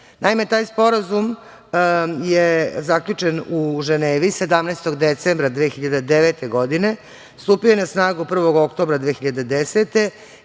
EFTA.Naime, taj sporazum je zaključen u Ženevi, 17. decembra 2009. godine. Stupio je na snagu 1. oktobra 2010.